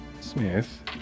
Smith